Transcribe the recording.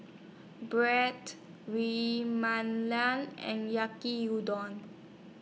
We and Yaki Udon